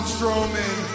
Strowman